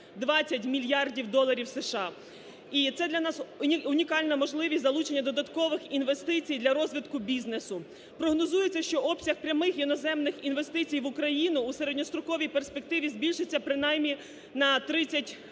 420 мільярдів доларів США і це для нас унікальна можливість залучення додаткових інвестицій для розвитку бізнесу. Прогнозується, що обсяг прямих іноземних інвестицій в Україну у середньостроковій перспективі збільшиться принаймні на 36